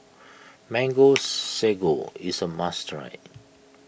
Mango Sago is a must try